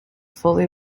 fully